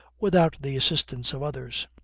without the assistance of others.